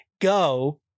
go